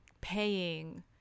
paying